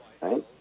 right